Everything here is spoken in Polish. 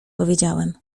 powiedziałem